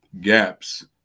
gaps